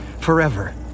forever